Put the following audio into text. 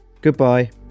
Goodbye